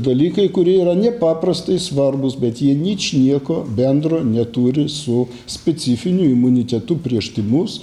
dalykai kurie yra nepaprastai svarbūs bet jie ničnieko bendro neturi su specifiniu imunitetu prieš tymus